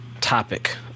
topic